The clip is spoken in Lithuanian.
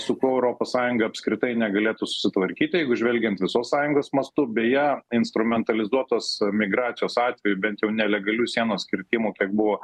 su kuo europos sąjunga apskritai negalėtų susitvarkyti jeigu žvelgiant visos sąjungos mastu beje instrumentalizuotos migracijos atvejų bent jau nelegalių sienos kirtimų kiek buvo